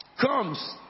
comes